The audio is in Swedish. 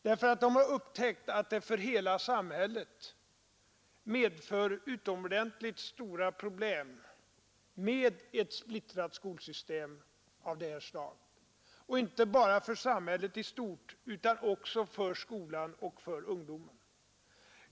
De har nämligen upptäckt att det för hela samhället medför utomordentligt stora problem med ett splittrat skolsystem av det här slaget — och inte bara för samhället i stort utan också för skolan och för ungdomen.